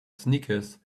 sneakers